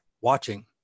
watching